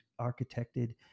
architected